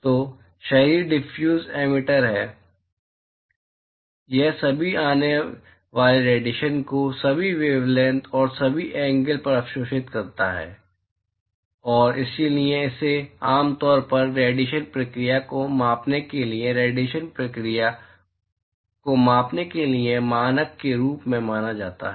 तो इसलिए diffuse emitter है यह सभी आने वाले रेडिएशन को सभी वेवलैंथ और सभी एंगल पर अवशोषित करता है और इसलिए इसे आम तौर पर रेडिएशन प्रक्रिया को मापने के लिए रेडिएशन प्रक्रिया को मापने के लिए मानक के रूप में माना जाता है